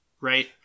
Right